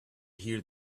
hear